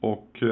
Och